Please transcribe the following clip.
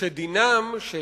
שדינם של